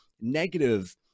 negative